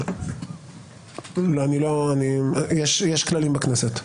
יש כללים בכנסת.